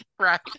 right